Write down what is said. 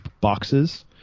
boxes